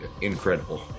incredible